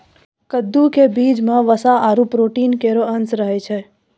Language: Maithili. कद्दू क बीजो म वसा आरु प्रोटीन केरो अंश रहै छै